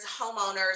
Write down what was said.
homeowners